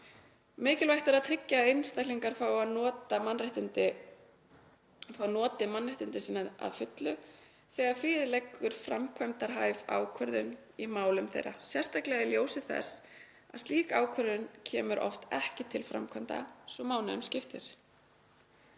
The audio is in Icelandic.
Mikilvægt sé að tryggja að einstaklingar fái notið mannréttinda sinna að fullu þegar fyrir liggur framkvæmdarhæf ákvörðun í málum þeirra, sérstaklega í ljósi þess að slík ákvörðun komi oft ekki til framkvæmda svo mánuðum skiptir.